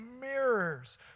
mirrors